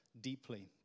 deeply